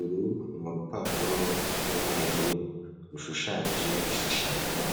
Uru n'urupapuro rw'umweru, rushushanyije ibishushanyo